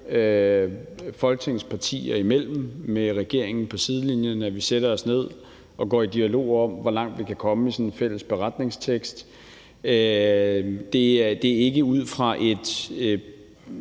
Folketingets partier imellem med regeringen på sidelinjen – at vi sætter os ned og går i dialog om, hvor langt vi kan komme med sådan en fælles beretningstekst. Det er ikke ud fra et